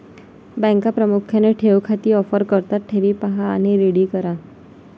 बँका प्रामुख्याने ठेव खाती ऑफर करतात ठेवी पहा आणि रिडीम करा